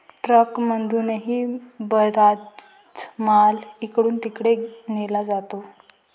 ट्रकमधूनही बराचसा माल इकडून तिकडे नेला जातो